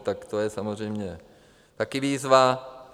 Tak to je samozřejmě taky výzva.